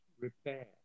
repair